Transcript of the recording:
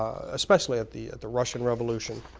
especially at the at the russian revolution,